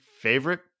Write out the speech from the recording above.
favorite